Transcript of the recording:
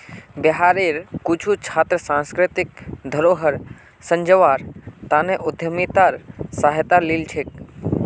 बिहारेर कुछु छात्र सांस्कृतिक धरोहर संजव्वार तने उद्यमितार सहारा लिल छेक